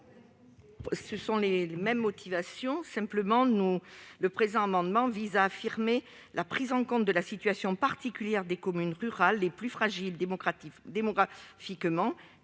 Varaillas. Les motivations sont les mêmes ; cet amendement vise à affirmer la prise en compte de la situation particulière des communes rurales les plus fragiles démographiquement,